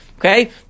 Okay